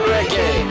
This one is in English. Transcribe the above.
Reggae